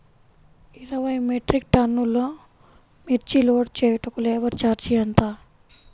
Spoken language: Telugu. ఇరవై మెట్రిక్ టన్నులు మిర్చి లోడ్ చేయుటకు లేబర్ ఛార్జ్ ఎంత?